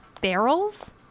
Barrels